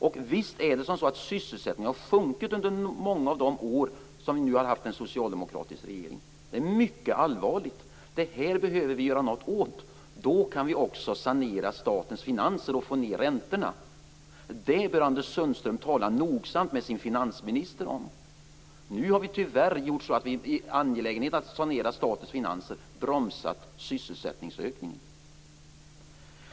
Och visst är det så att sysselsättningen har sjunkit under många av de år då vi nu har haft en socialdemokratisk regering. Det är mycket allvarligt. Det här behöver vi göra något åt. Då kan vi också sanera statens finanser och få ned räntorna. Det bör Anders Sundström tala nogsamt med sin finansminister om. Nu har vi tyvärr gjort så att vi, i angelägenheten att sanera statens finanser, bromsat sysselsättningsökningen.